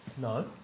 No